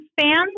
fans